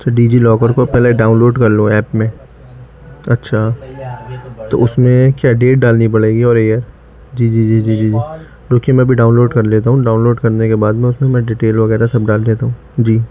پھر DigiLocker کو پہلے ڈاؤن لوڈ کر لو ایپ میں اچھا تو اس میں کیا ڈیٹ ڈالنی پڑے گی اور یہ جی جی جی جی رکیے میں ابھی ڈاؤن لوڈ کر لیتا ہوں ڈاؤن لوڈ کرنے کے بعد میں اس میں میں ڈیٹیل وغیرہ سب ڈال دیتا ہوں جی